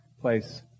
place